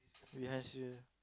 we has you